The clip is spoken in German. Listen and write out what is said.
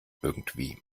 irgendwie